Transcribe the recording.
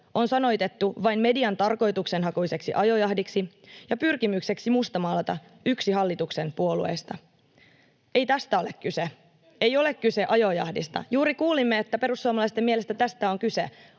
on sanoitettu vain median tarkoituksenhakuiseksi ajojahdiksi ja pyrkimykseksi mustamaalata yksi hallituksen puolueista. Ei tästä ole kyse. [Sanna Antikainen: Kyllä on, kyllä on!] Ei ole kyse ajojahdista. — Juuri kuulimme, että perussuomalaisten mielestä tästä on kyse.